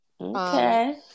okay